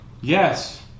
Yes